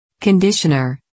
conditioner